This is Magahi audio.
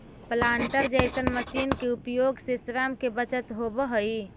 प्लांटर जईसन मशीन के उपयोग से श्रम के बचत होवऽ हई